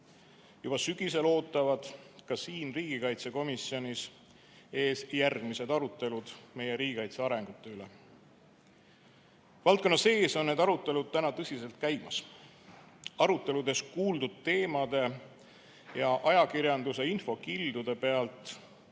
Juba sügisel ootavad ka siin riigikaitsekomisjonis ees järgmised arutelud meie riigikaitse arengu üle. Valdkonna sees on need arutelud tõsiselt käimas. Aruteludes kuuldud teemade ja ajakirjanduse infokildude pealt